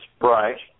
Right